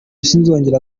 sinzongera